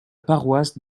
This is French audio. paroisse